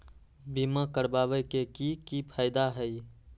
बीमा करबाबे के कि कि फायदा हई?